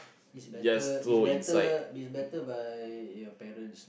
is better is better is better by your parents lah